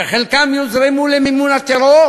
שחלקם יוזרמו למימון הטרור,